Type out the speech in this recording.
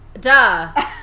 Duh